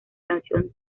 canción